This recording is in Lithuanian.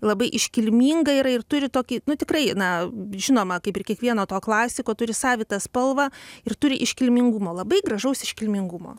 labai iškilminga yra ir turi tokį nu tikrai na žinoma kaip ir kiekvieno to klasiko turi savitą spalvą ir turi iškilmingumo labai gražaus iškilmingumo